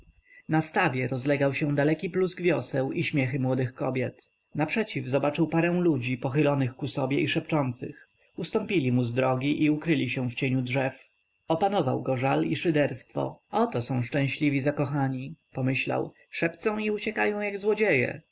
na stawie rozlegał się daleki plusk wioseł i śmiechy młodych kobiet naprzeciw zobaczył parę ludzi pochylonych ku sobie i szepcących ustąpili mu z drogi i ukryli się w cieniu drzew opanował go żal i szyderstwo oto są szczęśliwi zakochani pomyślał szepcą i uciekają jak złodzieje